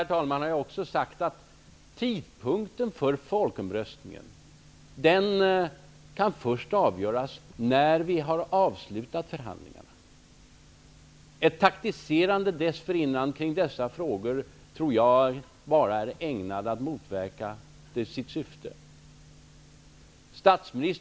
Med detta vill jag också ha sagt att tidpunkten för folkomröstningen först kan avgöras när förhandlingarna har avslutats. Ett taktiserande dessförinnan kring dessa frågor motverkar nog bara sitt syfte.